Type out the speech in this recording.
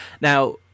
Now